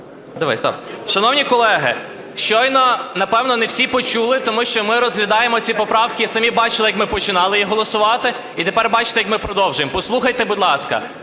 Шановні колеги, щойно, напевно, не всі почули, тому що ми розглядаємо ці поправки, самі бачили, як ми починали їх голосувати, і тепер бачите, як ми продовжуємо. Послухайте, будь ласка,